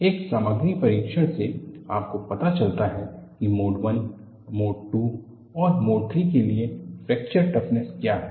एक सामग्री परीक्षण से आपको पता चलता है कि मोड I मोड II और मोड III के लिए फ्रैक्चर टफनेस क्या है